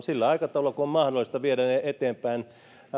sillä aikataululla kuin on mahdollista viedä ne eteenpäin